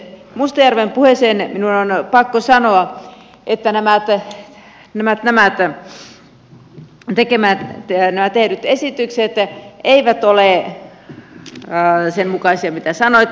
mustajärven puheeseen minun on pakko sanoa että nämä tehdyt esitykset eivät ole sen mukaisia mitä sanoitte